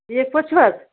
ٹھیٖک پٲٹھۍ چھِو حظ